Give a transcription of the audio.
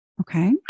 Okay